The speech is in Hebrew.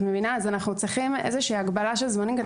אז אנחנו צריכים איזושהי הגבלה של זמנים כדי